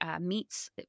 meats